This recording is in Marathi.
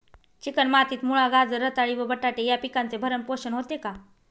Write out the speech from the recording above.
चिकण मातीत मुळा, गाजर, रताळी व बटाटे या पिकांचे भरण पोषण होते का?